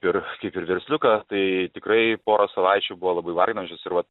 ir kaip ir versliuką tai tikrai pora savaičių buvo labai varginančios ir vat